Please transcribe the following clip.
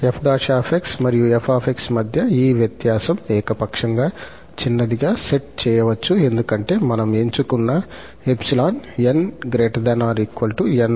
𝑥మరియు 𝑓 𝑥 మధ్య ఈ వ్యత్యాసం ఏకపక్షంగా చిన్నదిగా సెట్ చేయవచ్చు ఎందుకంటే మనం ఎంచుకున్న 𝜖 𝑛 ≥ 𝑁𝜖 𝑥